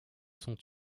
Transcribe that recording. sont